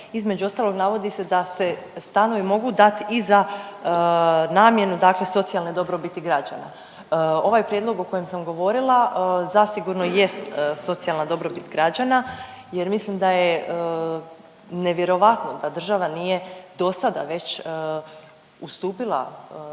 između ostalog navodi se da se stanovi mogu dat i za namjenu dakle socijalne dobrobiti građana. Ovaj prijedlog o kojem sam govorila zasigurno jest socijalna dobrobit građana jer mislim da je nevjerojatno da država nije do sada već ustupila